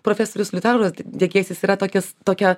profesorius liutauras degėsis yra tokius tokią